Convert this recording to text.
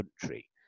country